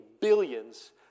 billions